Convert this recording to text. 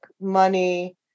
money